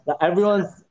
everyone's